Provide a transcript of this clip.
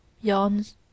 yawns